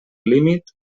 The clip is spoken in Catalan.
límit